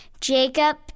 Jacob